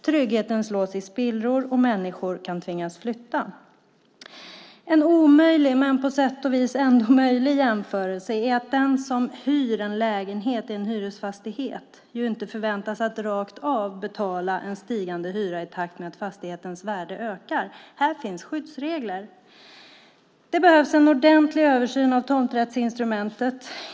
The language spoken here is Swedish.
Tryggheten slås i spillror, och människor kan tvingas flytta. En omöjlig men på sätt och vis ändå möjlig jämförelse är att den som hyr en lägenhet i en hyresfastighet inte förväntas att rakt av betala en stigande hyra i takt med att fastighetens värde ökar. Här finns skyddsregler. Det behövs en ordentlig översyn av tomträttsinstrumentet.